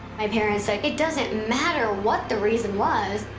my parents are like, it doesn't matter what the reason was.